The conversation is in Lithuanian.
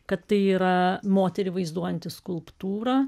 kad tai yra moterį vaizduojanti skulptūra